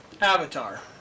Avatar